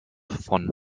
von